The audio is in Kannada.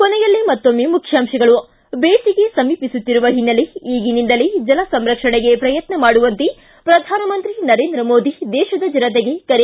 ಕೊನೆಯಲ್ಲಿ ಮತ್ತೊಮ್ಮೆ ಮುಖ್ಯಾಂಶಗಳು ಬೇಸಿಗೆ ಸಮೀಪಿಸುತ್ತಿರುವ ಹಿನ್ನೆಲೆ ಈಗಿನಿಂದಲೇ ಜಲಸಂರಕ್ಷಣೆಗೆ ಪ್ರಯತ್ನ ಮಾಡುವಂತೆ ಪ್ರಧಾನಮಂತ್ರಿ ನರೇಂದ್ರ ಮೋದಿ ದೇತದ ಜನತೆಗೆ ಕರೆ